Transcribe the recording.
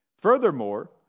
Furthermore